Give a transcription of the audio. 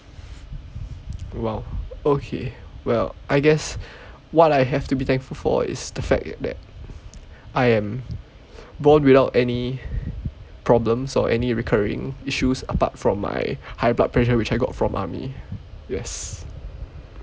well okay well I guess what I have to be thankful for is the fact that I am born without any problems or any recurring issues apart from my high blood pressure which I got from mummy yes